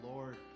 Lord